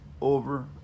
over